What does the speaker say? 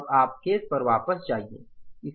अब आप केस पर वापस जाईये